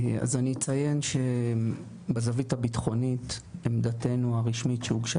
אני אציין שבזווית הביטחונית עמדתנו הרשמית שהוגשה